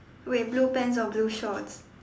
wait blue pants or blue shorts